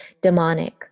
demonic